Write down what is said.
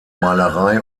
malerei